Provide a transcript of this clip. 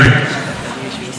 לחכות למותם,